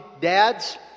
dads